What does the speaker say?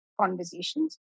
conversations